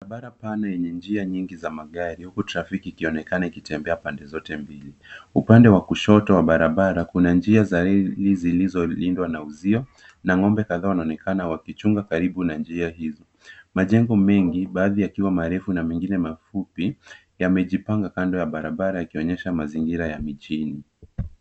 Barabara pana yenye njia nyingi za magari huku trafiki ikionekana ikitembea pande zote mbili. Upande wa kushoto wa barabara kuna njia zaidi zilizo lindwa na uzio na ng'ombe kadhaa wanaonekana waki chunga karibu na njia hizo. Majengo mengi baadhi yakiwa marefu na mengine mafupi yamejipanga kando ya barabara yakionyesha mazingira ya mijini.